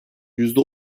yüzde